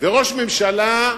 וראש הממשלה,